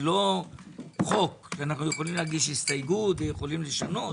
זה לא חוק שאנחנו יכולים להגיש הסתייגות ולשנות.